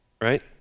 right